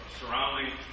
surrounding